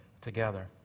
together